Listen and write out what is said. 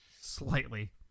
Slightly